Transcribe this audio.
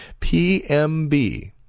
PMB